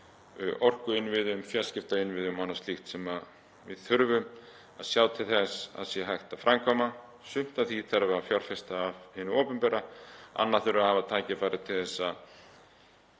orkuinnviðum, fjarskiptainnviðum og öðru slíku sem við þurfum að sjá til þess að sé hægt að framkvæma. Í sumu af því þarf að fjárfesta af hinu opinbera, annað þurfum við að hafa tækifæri til þess að